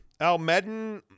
Almedin